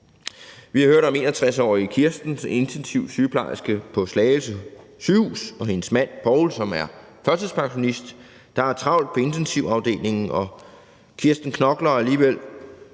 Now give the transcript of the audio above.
Vi har hørt om 61-årige Kirsten, som er intensivsygeplejerske på Slagelse Sygehus, og hendes mand Poul, som er førtidspensionist. Der er travlt på intensivafdelingen, og Kirsten knokler, men alligevel